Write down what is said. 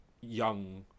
young